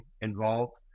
involved